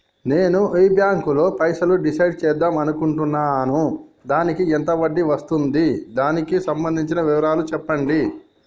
నేను ఈ బ్యాంకులో పైసలు డిసైడ్ చేద్దాం అనుకుంటున్నాను దానికి ఎంత వడ్డీ వస్తుంది దానికి సంబంధించిన వివరాలు చెప్పండి?